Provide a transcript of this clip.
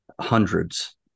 hundreds